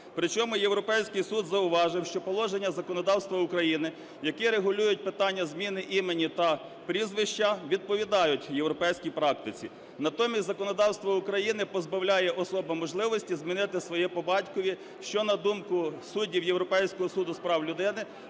причому Європейський Суд зауважив, що положення законодавства України, які регулюють питання зміни імені та прізвища, відповідають європейській практиці. Натомість законодавство України позбавляє особам можливості змінити своє по батькові, що, на думку суддів Європейського суду з прав людини,